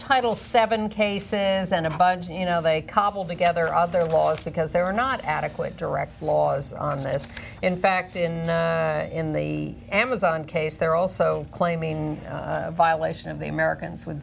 title seven cases and a bunch of you know they cobbled together of their laws because they were not adequate direct laws on this in fact in in the amazon case they're also claiming violation of the americans with